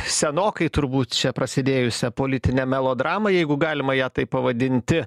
senokai turbūt čia prasidėjusią politinę melodramą jeigu galima ją taip pavadinti